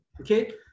okay